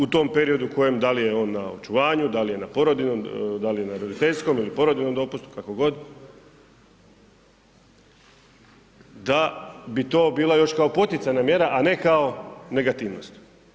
U tom periodu u kojem, da li je on na očuvanju da li je na porodiljnom, da li je roditeljskom ili porodiljnom dopustu kako god, da bi to bila još kao poticajna mjera, a ne kao negativnost.